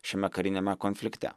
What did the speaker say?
šiame kariniame konflikte